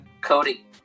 Cody